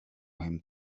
him